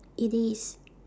it is